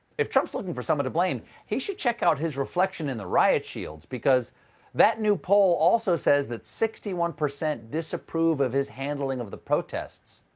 if trump's looking for someone to blame, he should check out his reflection in the riot shields, ecause that new poll also says that sixty one percent disapprove of his handling of the protests.